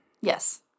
Yes